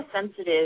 sensitive